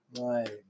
Right